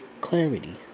clarity